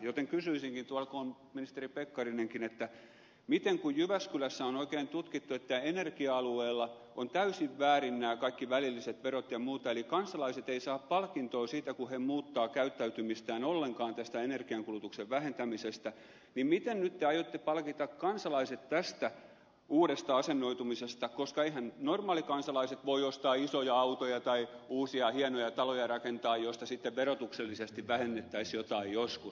kun tuolla on ministeri pekkarinenkin ja kun jyväskylässä on oikein tutkittu että energia alueella on täysin väärin nämä kaikki välilliset verot ja muuta eli kansalaiset eivät saa ollenkaan palkintoa siitä kun he muuttavat käyttäytymistään tästä energiankulutuksen vähentämisestä niin kysyisinkin miten nyt te aiotte palkita kansalaiset tästä uudesta asennoitumisesta koska eiväthän normaalikansalaiset voi ostaa isoja autoja tai uusia hienoja taloja rakentaa joista sitten verotuksellisesti vähennettäisiin jotain joskus